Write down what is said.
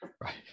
right